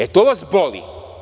E, to vas boli.